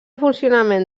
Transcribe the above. funcionament